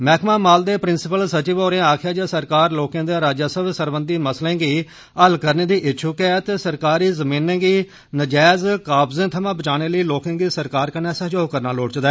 मैह्कमा माल दे प्रिंसिपल सचिव होरें आक्खेआ जे सरकार लोकें दे राजस्व सरबंधी मसलें गी हल्ल करने दी इच्छुक ऐ ते सरकारी जमीनें गी नजैज कब्जे थमां बचाने ताईं लोकें गी सरकार कन्नै सैह्योग करना लोड़चदा